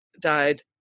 died